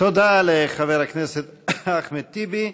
תודה לחבר הכנסת אחמד טיבי.